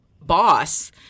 boss